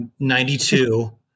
92